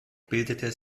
bildete